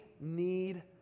need